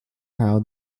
how